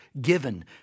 given